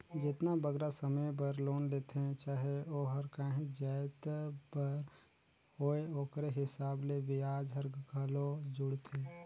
जेतना बगरा समे बर लोन लेथें चाहे ओहर काहींच जाएत बर होए ओकरे हिसाब ले बियाज हर घलो जुड़थे